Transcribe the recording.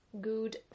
good